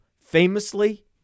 famously